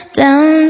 down